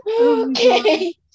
Okay